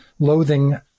loathing